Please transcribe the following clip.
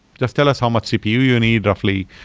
just tell us how much cpu you need roughly,